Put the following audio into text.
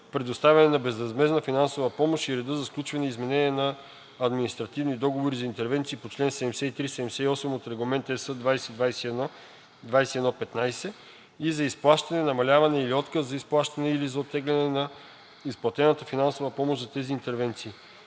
предоставяне на безвъзмездната финансова помощ и реда за сключване и изменение на административни договори за интервенциите по чл. 73 – 78 от Регламент (ЕС) 2021/2115 и за изплащане, намаляване или отказ за изплащане, или за оттегляне на изплатената финансова помощ за тези интервенции.